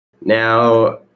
Now